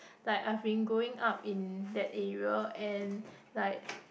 like I have been growing up in that area and like